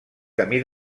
camí